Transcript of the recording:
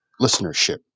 listenership